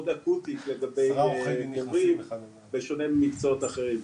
אקוטית לגבי מורים בשונה ממקצועות אחרים.